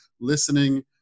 listening